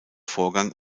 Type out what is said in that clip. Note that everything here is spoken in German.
vorgang